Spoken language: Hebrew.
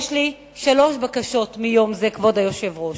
יש לי שלוש בקשות ביום זה, כבוד היושב-ראש.